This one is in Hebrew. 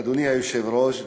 אדוני היושב-ראש,